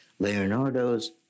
Leonardo's